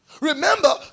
Remember